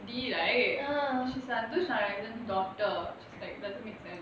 dee right she's nandu sharayson's daughter she's like doesn't make sense